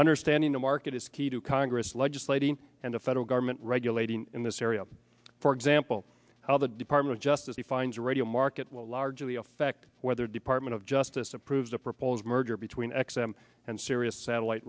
understanding the market is key to congress legislating and the federal government regulating in this area for example how the department of justice he finds a radio market will largely affect whether department of justice approves a proposed merger between x and sirius satellite